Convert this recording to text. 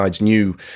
new